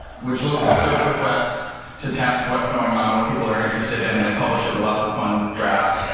which looks at search requests to test what's going on, what people are interested in, and they publish it with but lots of fun graphs.